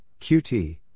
QT